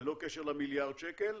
ללא קשר למיליארד שקל,